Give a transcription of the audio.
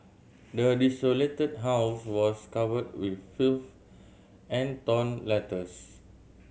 the desolated house was covered with filth and torn letters